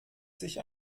sich